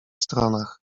stronach